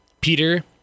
Peter